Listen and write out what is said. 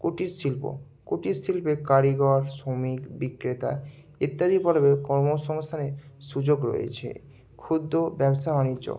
কুটির শিল্প কুটির শিল্পে কারিগর শোমিক বিক্রেতা ইত্যাদি পর্বে কর্মসংস্থানের সুযোগ রয়েছে ক্ষুদ্র ব্যবসা বাণিজ্য